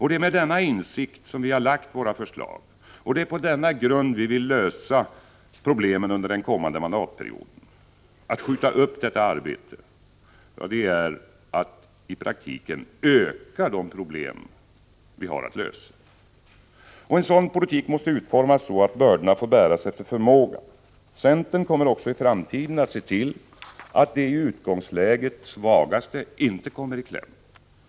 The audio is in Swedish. Det är med denna insikt som vi har lagt våra förslag, och det är på denna grund vi vill lösa problemen under den kommande mandatperioden. Att skjuta upp detta arbete är att i praktiken öka de problem vi har att lösa. En sådan politik måste utformas så att bördorna får bäras efter förmåga. Centern kommer också i framtiden att se till att de i utgångsläget svagaste inte kommer i kläm.